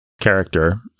character